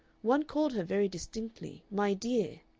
one called her very distinctly my dear!